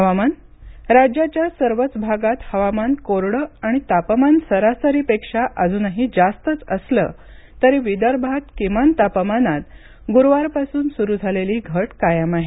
हवामान राज्याच्या सर्वच भागात हवामान कोरडं आणि तापमान सरासरीपेक्षा अजूनही जास्तच असलं तरी विदर्भात किमान तापमानात गुरूवारपासून सुरू झालेली घट कायम आहे